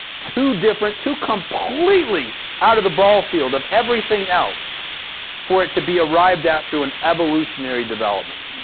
too different, too completely out of the ball field of everything else for it to be arrived at through an evolutionary development.